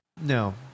No